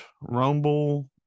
Rumble